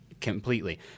Completely